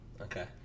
Okay